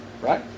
Right